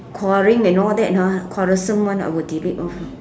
quarrelling and all that ha quarrelsome one I would delete off